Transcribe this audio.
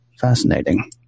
fascinating